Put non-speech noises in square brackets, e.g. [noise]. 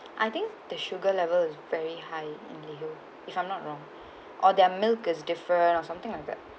I think the sugar level is very high on the hill if I'm not wrong [breath] or their milk is different or something like that